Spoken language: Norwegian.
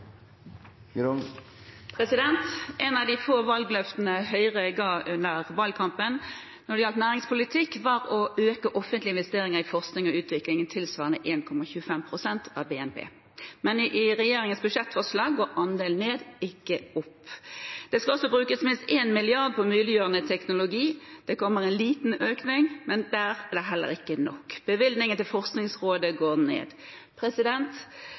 replikkordskifte. Et av de få valgløftene Høyre ga under valgkampen når det gjelder næringspolitikk, var å øke offentlige investeringer innen forskning og utvikling tilsvarende 1,25 pst. av BNP. Men i regjeringens budsjettforslag går andelen ned, ikke opp. Det skal også brukes minst 1 mrd. kr på muliggjørende teknologi; det kommer en liten økning, men der er det heller ikke nok. Bevilgninger til Forskningsrådet går ned.